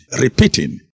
repeating